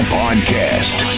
podcast